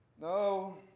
No